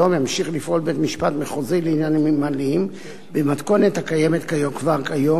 ימשיך לפעול בית-משפט מחוזי לעניינים מינהליים במתכונת הקיימת כבר כיום,